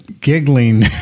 Giggling